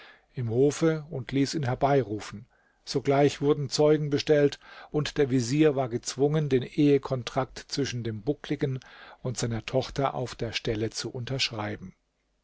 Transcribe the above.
im hofe und ließ ihn herbeirufen sogleich wurden zeugen bestellt und der vezier war gezwungen den ehekontrakt zwischen dem buckligen und seiner tochter auf der stelle zu unterschreiben